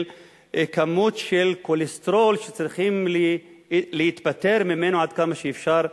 כמות של כולסטרול שצריכים להיפטר ממנו עד כמה שאפשר,